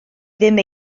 ddim